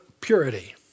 purity